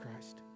Christ